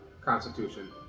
constitution